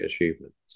achievements